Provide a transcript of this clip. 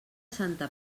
santa